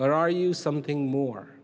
or are you something more